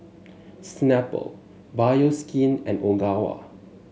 Snapple Bioskin and Ogawa